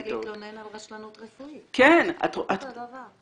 כמו גם להתלונן על רשלנות רפואית, זה אותו דבר.